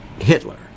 Hitler